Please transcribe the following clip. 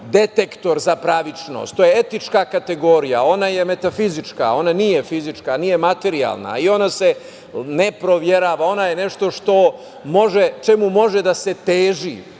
detektor za pravičnost, to je etička kategorija, ona je metafizička, ona nije fizička, nije materijalna i ona se ne proverava, ona je nešto čemu može da se teži,